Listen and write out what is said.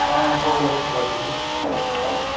हँ हो गेले कोइ बात नहि छै